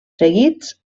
seguits